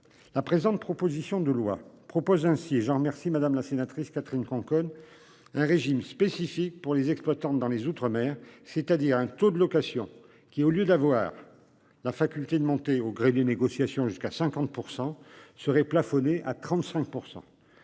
La présente, proposition de loi propose ainsi, et j'en remercie madame la sénatrice Catherine Conconne. Un régime spécifique pour les exploitants dans les mer, c'est-à-dire un taux de location qui au lieu d'avoir la faculté de monter au gré des négociations jusqu'à 50% serait plafonné à 35%.